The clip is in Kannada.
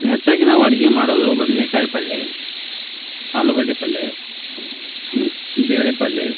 ಹೆಚ್ಚಾಗಿ ನಾವು ಅಡಿಗೆ ಮಾಡೋದು ಬದನೆಕಾಯ್ ಪಲ್ಯ ಆಲೂಗಡ್ಡೆ ಪಲ್ಯ ಬೇಳೆ ಪಲ್ಯ